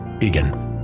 Egan